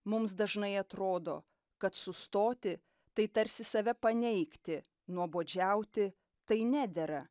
mums dažnai atrodo kad sustoti tai tarsi save paneigti nuobodžiauti tai nedera